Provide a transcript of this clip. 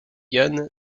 jan